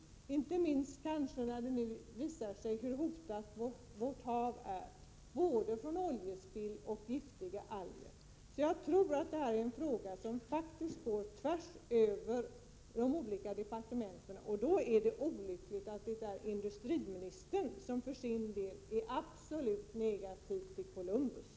Det är inte minst viktigt sedan det visat sig hur hotat vårt hav är av både oljespill och giftiga alger. Jag tror att det här är en fråga som går tvärs över de olika departementen, och då är det olyckligt att industriministern för sin del är absolut negativ till Columbus.